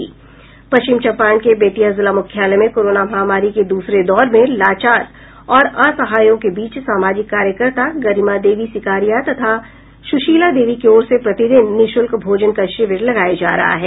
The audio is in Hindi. पश्चिम चंपारण के बेतिया जिला मुख्यालय में कोरोना महामारी के दूसरे दौर में लाचार और असहायों के बीच सामाजिक कार्यकर्ता गरिमा देवी सिकारिया तथा सुशीला देवी की ओर से प्रतिदिन निःशुल्क भोजन का शिविर लगाया जा रहा है